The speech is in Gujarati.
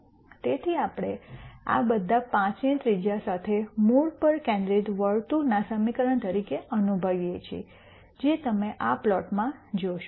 તેથી આ આપણે બધા 5 ની ત્રિજ્યા સાથે મૂળ પર કેન્દ્રિત વર્તુળના સમીકરણ તરીકે અનુભવીએ છીએ જે તમે આ પ્લોટમાં જોશો